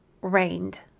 rained